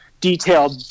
detailed